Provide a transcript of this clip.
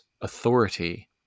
authority